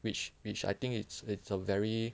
which which I think it's it's a very